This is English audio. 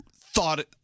thought